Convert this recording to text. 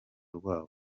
rwabo